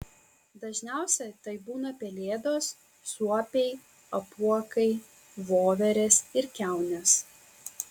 dažniausia tai būna pelėdos suopiai apuokai voverės ir kiaunės